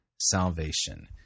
salvation